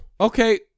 Okay